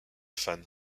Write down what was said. fan